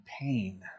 pain